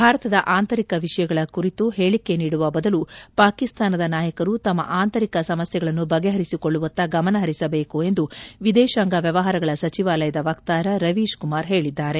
ಭಾರತದ ಅಂತರಿಕ ವಿಷಯಗಳ ಕುರಿತು ಹೇಳಿಕೆ ನೀಡುವ ಬದಲು ಪಾಕಿಸ್ತಾನದ ನಾಯಕರು ತಮ್ಮ ಆಂತರಿಕ ಸಮಸ್ಥೆಗಳನ್ನು ಬಗೆಹರಿಸಿಕೊಳ್ಳುವತ್ತ ಗಮನಹರಿಸಬೇಕು ಎಂದು ವಿದೇತಾಂಗ ವ್ವವಹಾರಗಳ ಸಚಿವಾಲಯದ ವಕ್ತಾರ ರವೀಶ್ ಕುಮಾರ್ ಹೇಳಿದ್ದಾರೆ